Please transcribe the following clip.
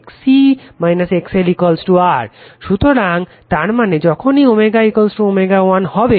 সুতরাং তারমানে যখনই এটা ω ω 1 হবে